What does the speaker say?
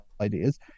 ideas